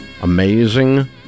amazing